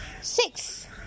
six